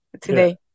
today